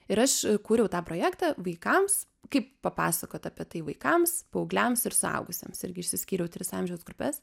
ir aš kūriau tą projektą vaikams kaip papasakot apie tai vaikams paaugliams ir suaugusiems irgi išsiskyriau tris amžiaus grupes